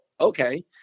okay